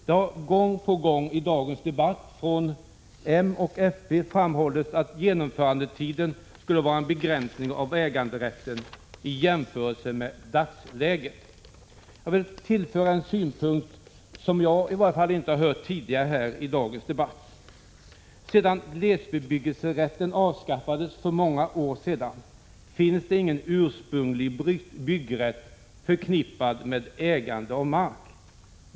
Det har gång på gång i dagens debatt framhållits från moderaterna och folkpartiet att genomförandetiden skulle innebära en begränsning av äganderätten i jämförelse med vad som gäller i dagsläget. Jag vill tillföra en synpunkt på detta som jag inte hört tidigare i dagens debatt. Sedan glesbebyggelserätten avskaffades för många år sedan finns det ingen ursprunglig byggrätt förknippad med ägande av mark.